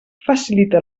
facilita